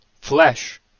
flesh